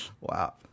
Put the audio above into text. Wow